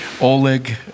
Oleg